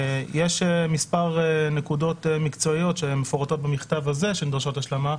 יש מספר נקודות מקצועיות שמפורטות במכתב הזה שדורשות השלמה,